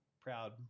proud